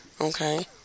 Okay